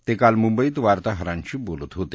ते काल मुंबईत वार्ताहरांशी बोलत होते